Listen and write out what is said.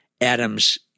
Adam's